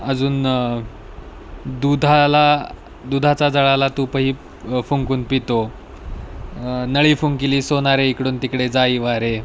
अजून दुधाला दुधाचा जळाला तूपही फुंकून पितो नळी फुंकिली सोनारे इकडून तिकडे जाई वारे